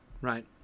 right